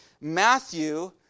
Matthew